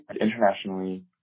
internationally